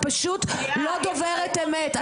את פשוט לא דוברת אמת.